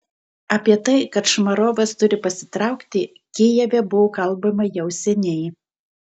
apie tai kad šmarovas turi pasitraukti kijeve buvo kalbama jau seniai